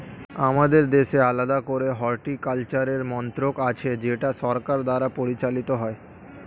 আমাদের দেশে আলাদা করে হর্টিকালচারের মন্ত্রক আছে যেটা সরকার দ্বারা পরিচালিত হয়